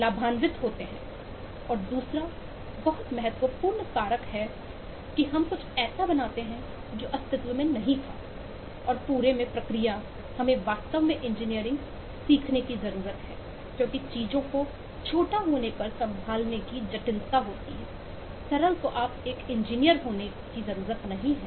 और दूसरा बहुत महत्वपूर्ण कारक है हम कुछ ऐसा बनाते हैं जो अस्तित्व में नहीं था और पूरे में प्रक्रिया हमें वास्तव में इंजीनियरिंग सीखने की जरूरत है क्योंकि चीजों को छोटा होने पर संभालने की जटिलता होती है सरल तो आप एक इंजीनियर होने की जरूरत नहीं है